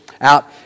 out